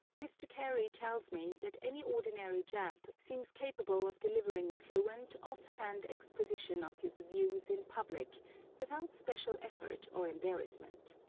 mr. carey tells me that any ordinary jap seems capable of delivering a fluent, off-hand exposition of his views in public without special effort or embarrassment.